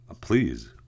Please